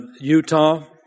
Utah